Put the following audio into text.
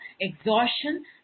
exhaustion